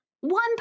one